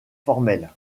formelle